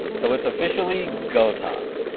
so it's officially go time.